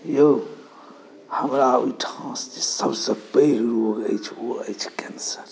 यौ हमरा ओहिठाम सभसँ पैघ रोग अछि ओ अछि कैंसर